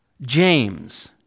James